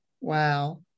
wow